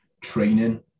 training